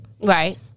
Right